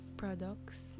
products